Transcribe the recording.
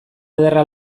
ederra